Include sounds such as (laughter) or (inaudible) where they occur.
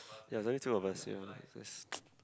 ya only two of us ya (noise)